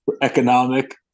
economic –